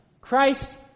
Christ